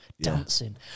dancing